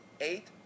eight